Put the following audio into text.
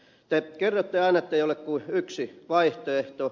te kerrotte aina ettei ole kuin yksi vaihtoehto